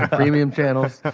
um premium channels